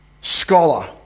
scholar